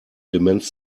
demenz